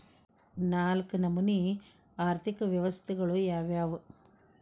ನಾಲ್ಕು ನಮನಿ ಆರ್ಥಿಕ ವ್ಯವಸ್ಥೆಗಳು ಯಾವ್ಯಾವು?